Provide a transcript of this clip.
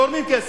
תורמים כסף.